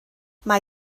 mae